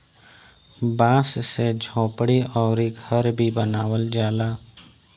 बांस से झोपड़ी अउरी घर भी बनावल जाला